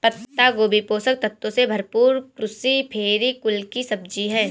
पत्ता गोभी पोषक तत्वों से भरपूर क्रूसीफेरी कुल की सब्जी है